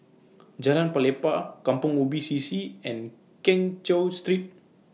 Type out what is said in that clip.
Jalan Pelepah Kampong Ubi C C and Keng Cheow Street